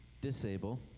disable